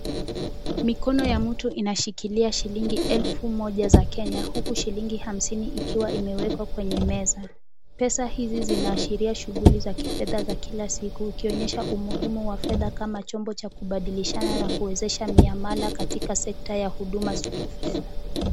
Mikono ya mtu inashikilia shilingi elfu moja za Kenya huku shilingi hamsini ikiwa imewekwa kwenye meza. Pesa hizi zinaashiria shughuli za kifedha za kila siku ikionyesha umuhimu wa fedha kama chombo cha kubadilishana na kuwezesha miamala katika sekta ya huduma za kifedha.